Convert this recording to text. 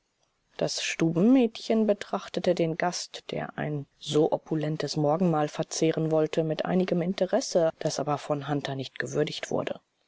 das stubenmädchen betrachtete den gast der ein so opulentes morgenmahl verzehren wollte mit einigem interesse das aber von hunter nicht gewürdigt wurde